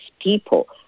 people